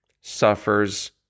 suffers